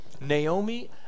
Naomi